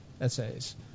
essays